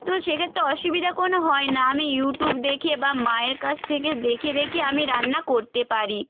তো সেক্ষেত্রে অসুবিধা কোনও হয় না আমি ইউটিউব দেখে বা মায়ের কাছ থেকে দেখে দেখে আমি রান্না করতে পারি